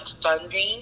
funding